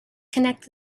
connected